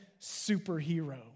superhero